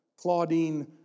Claudine